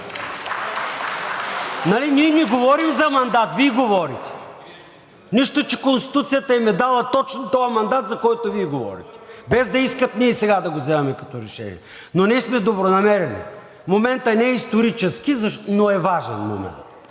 Ние не говорим за мандат, Вие говорите. Нищо, че Конституцията им е дала точно този мандат, за който Вие говорите, без да искат ние сега да го вземаме като решение, но ние сме добронамерени. Моментът не е исторически, но е важен момент,